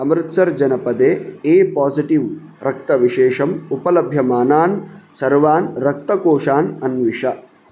अमृत्सर् जनपदे A positive रक्तविशेषम् उपलभ्यमानान् सर्वान् रक्तकोषान् अन्विष